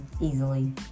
easily